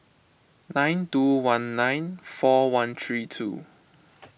nine two one nine four one three two